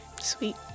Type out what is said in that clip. Sweet